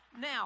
now